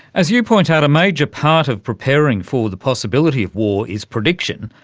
as you point out, a major part of preparing for the possibility of war is prediction.